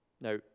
Now